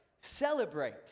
celebrate